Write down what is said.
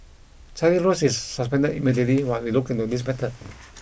Charlie Rose is suspended immediately while we look into this matter